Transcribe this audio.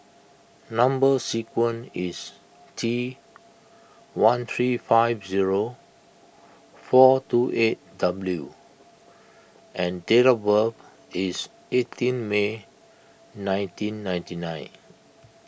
Number Sequence is T one three five zero four two eight W and date of birth is eighteen May nineteen ninety nine